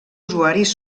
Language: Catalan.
usuaris